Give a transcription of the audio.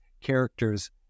character's